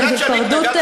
בגלל היפרדות,